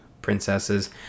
princesses